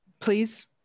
please